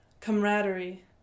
camaraderie